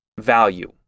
value